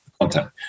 content